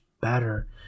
better